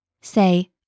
Say